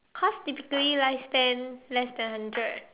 cause typical life span less than hundred